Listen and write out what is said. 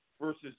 versus